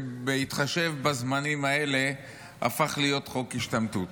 שבהתחשב בזמנים האלה הפך להיות חוק השתמטות.